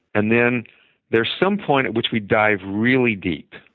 and then there is some point at which we dive really deep.